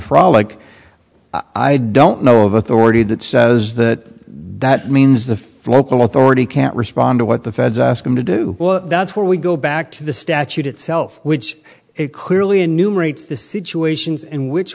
frolic i don't know of authority that says that that means the focal authority can't respond to what the feds ask him to do that's where we go back to the statute itself which it clearly in new rates the situations in which